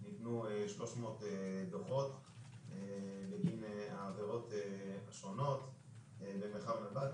ניתנו 300 דוחות בגין העבירות השונות במרחב נתב"ג.